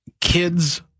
Kids